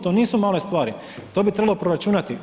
To nisu male stvari, to bi trebalo proračunati.